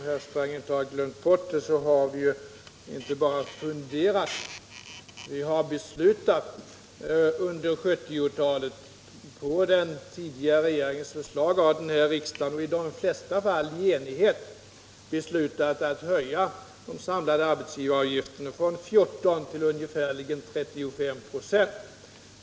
Herr Sträng kanske har glömt bort det, men denna riksdag har ju under 1970-talet inte bara funderat i det här sammanhanget, utan den har i de flesta fall i enighet på den tidigare regeringens förslag beslutat att höja den samlade arbetsgivaravgiften från 14 till 35 96.